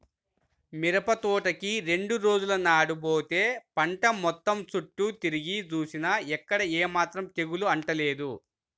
మిరపతోటకి రెండు రోజుల నాడు బోతే పంట మొత్తం చుట్టూ తిరిగి జూసినా ఎక్కడా ఏమాత్రం తెగులు అంటలేదు